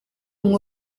ngo